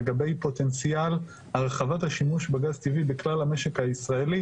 לגבי פוטנציאל הרחבת השימוש בגז טבעי בכלל המשק הישראלי